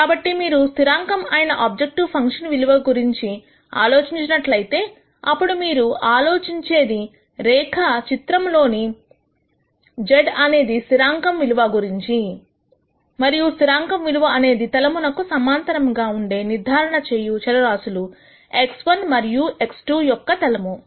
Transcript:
కాబట్టి మీరు స్థిరాంకం అయిన ఆబ్జెక్టివ్ ఫంక్షన్ విలువలు గురించి ఆలోచించినట్లయితే అప్పుడు మీరు ఆలోచించేది రేఖ చిత్రం లోని z అనే స్థిరాంకం విలువ గురించి మరియు స్థిరాంకం విలువ అనేది తలము నకు సమాంతరం గా ఉండే నిర్ధారణ చేయు చర రాశులు x1 మరియు x2 యొక్క తలము